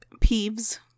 Peeves